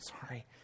sorry